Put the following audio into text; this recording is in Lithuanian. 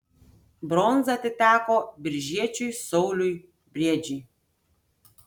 bronza atiteko biržiečiui sauliui briedžiui